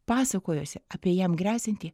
pasakojosi apie jam gresiantį